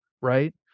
right